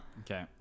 Okay